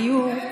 דיור,